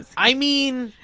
i mean,